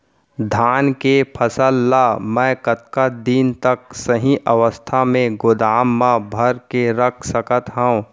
धान के फसल ला मै कतका दिन तक सही अवस्था में गोदाम मा भर के रख सकत हव?